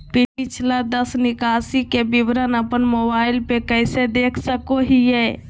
पिछला दस निकासी के विवरण अपन मोबाईल पे कैसे देख सके हियई?